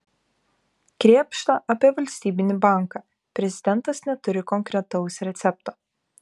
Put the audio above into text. krėpšta apie valstybinį banką prezidentas neturi konkretaus recepto